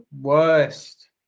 worst